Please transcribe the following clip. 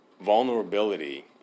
Vulnerability